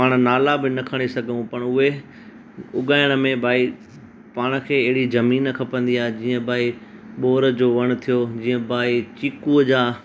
पाण नाला बि न खणी सघूं पड़ उहे उगाइण में भाई पाण खे अहिड़ी ज़मीन खपंदी आ्हे जीअं भई बोहर जो वण थियो जीअं भई चिकूअ जा